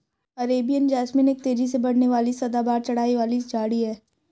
Arabian jasmine एक तेजी से बढ़ने वाली सदाबहार चढ़ाई वाली झाड़ी है